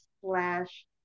slash